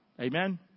Amen